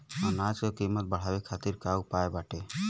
अनाज क कीमत बढ़ावे खातिर का उपाय बाटे?